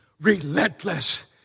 relentless